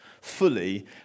fully